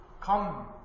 Come